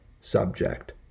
subject